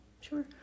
sure